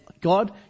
God